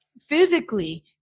physically